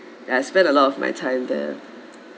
then I spend a lot of my time there